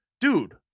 dude